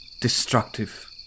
destructive